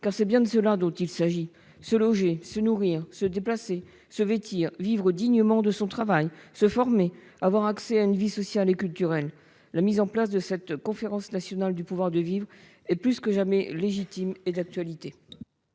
car c'est bien de cela dont il s'agit : se loger, se nourrir, se déplacer, se vêtir, vivre dignement de son travail, se former, avoir accès à une vie sociale et culturelle ... La mise en place de cette conférence nationale du pouvoir de vivre est plus que jamais légitime et d'actualité.